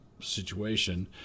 situation